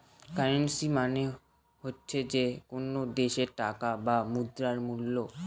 currency মানে হচ্ছে যে কোনো দেশের টাকা বা মুদ্রার মুল্য